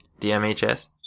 dmhs